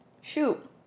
Shoot